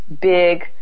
big